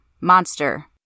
monster